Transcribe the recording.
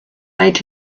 made